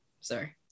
sorry